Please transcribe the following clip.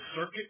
circuit